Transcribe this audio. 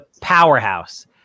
powerhouse